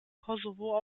kosovo